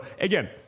again